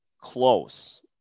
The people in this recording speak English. close